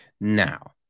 now